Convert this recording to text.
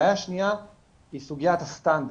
בעיה שניה היא סוגיית הסטנדרט.